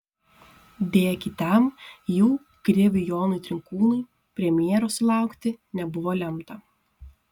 deja kitam jų kriviui jonui trinkūnui premjeros sulaukti nebuvo lemta